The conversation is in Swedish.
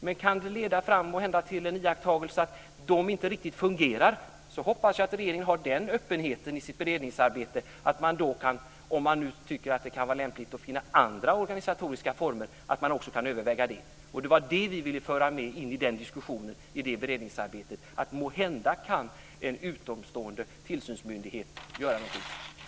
Men det kan måhända leda fram till iakttagelsen att de inte riktigt fungerar. Då hoppas jag att regeringen har den öppenheten i sitt beredningsarbete att man om man nu tycker att det kan vara lämpligt att finna andra organisatoriska former också kan överväga det. Det var det vi ville föra med in i diskussionen i beredningsarbetet. Måhända kan en utomstående tillsynsmyndighet göra någonting.